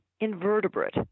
invertebrate